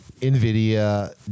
NVIDIA